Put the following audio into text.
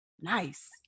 nice